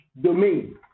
domain